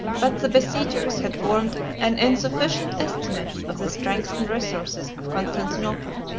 but the besiegers had formed an insufficient estimate of the strength and resources of constantinople.